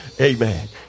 amen